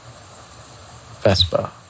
Vespa